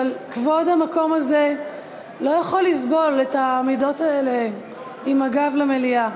אבל כבוד המקום הזה לא יכול לסבול את העמידות האלה עם הגב למליאה.